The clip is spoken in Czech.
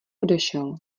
odešel